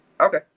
Okay